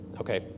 Okay